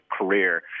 career